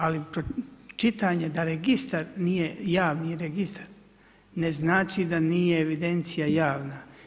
Ali, čitanje da registar nije javni registar, ne znači da nije evidencija javna.